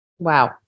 Wow